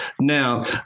Now